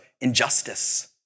injustice